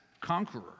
conqueror